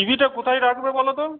টিভিটা কোথায় রাখবে বলো তো